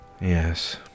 Yes